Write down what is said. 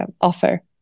offer